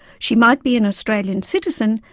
she might be an australian citizen,